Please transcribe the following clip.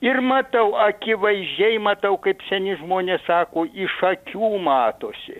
ir matau akivaizdžiai matau kaip seni žmonės sako iš akių matosi